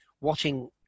watching